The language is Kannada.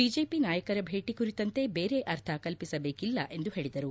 ಬಿಜೆಪಿ ನಾಯಕರ ಬೇಟಿ ಕುರಿತಂತೆ ಬೇರೆ ಅರ್ಥ ಕಲ್ಪಿಸಬೇಕಿಲ್ಲ ಎಂದು ಹೇಳಿದರು